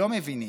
לא מבינים.